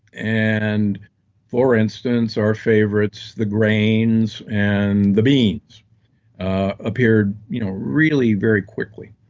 and for instance, our favorites, the grains and the beans appeared you know really very quickly